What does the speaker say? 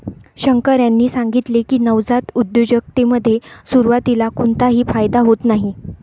शंकर यांनी सांगितले की, नवजात उद्योजकतेमध्ये सुरुवातीला कोणताही फायदा होत नाही